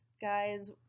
Guys